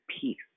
peace